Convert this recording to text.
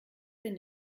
bin